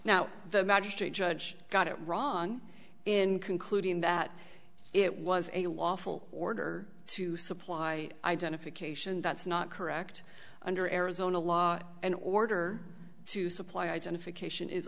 magistrate judge got it wrong in concluding that it was a lawful order to supply identification that's not correct under arizona law and order to supply identification is